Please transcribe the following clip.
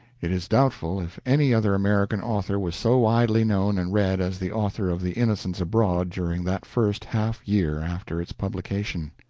it is doubtful if any other american author was so widely known and read as the author of the innocents abroad during that first half-year after its publication.